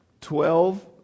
twelve